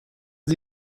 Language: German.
sie